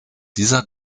dieser